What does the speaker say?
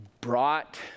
brought